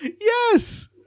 Yes